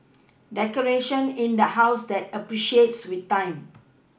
decoration in the house that appreciates with time